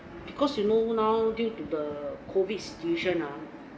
because you know now due to the COVID situation ah